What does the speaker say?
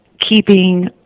keeping